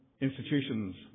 institutions